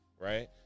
Right